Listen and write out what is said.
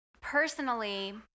personally